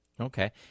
Okay